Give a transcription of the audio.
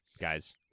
guys